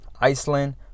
Iceland